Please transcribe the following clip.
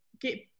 get